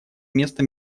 место